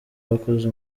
bakoze